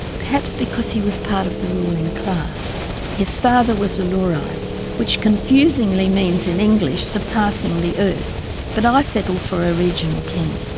perhaps because he was part of the ruling elite his father was a liurai which confusingly means in english surpassing the earth but i settle for a regional king.